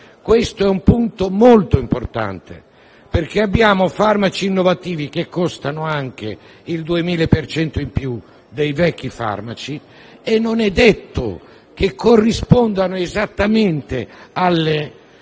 Questo è un punto molto importante perché abbiamo farmaci innovativi che costano anche il 2.000 per cento in più dei vecchi farmaci e non è detto che corrispondano esattamente agli